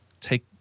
take